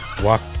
walk